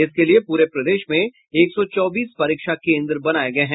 इसके लिए पूरे प्रदेश में एक सौ चौबीस परीक्षा केन्द्र बनाये गये हैं